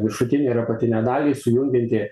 viršutinę ir apatinę dalį sujungiantį